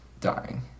dying